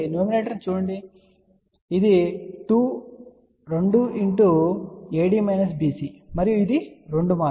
numerator చూడండి ఇది 2 మరియు ఇది 2 మాత్రమే